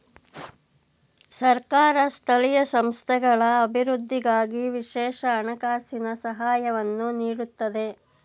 ಸರ್ಕಾರ ಸ್ಥಳೀಯ ಸಂಸ್ಥೆಗಳ ಅಭಿವೃದ್ಧಿಗಾಗಿ ವಿಶೇಷ ಹಣಕಾಸಿನ ಸಹಾಯವನ್ನು ನೀಡುತ್ತದೆ